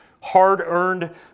hard-earned